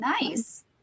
Nice